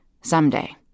Someday